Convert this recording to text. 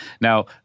Now